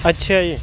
ਅੱਛਾ ਜੀ